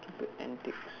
stupid antics